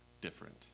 different